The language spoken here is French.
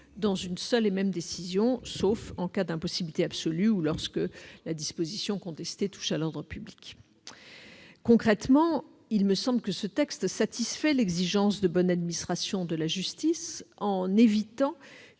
dans une seule et même décision, sauf en cas d'impossibilité absolue ou lorsque la disposition contestée touche à l'ordre public. Concrètement, il me semble que ce texte satisfait l'exigence de bonne administration de la justice, en évitant